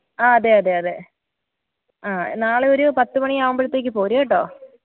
ആ അതെ അതെ അതെ ആ നാളെ ഒരു പത്ത് മണി ആവുമ്പോഴത്തേക്ക് പോര് കേട്ടോ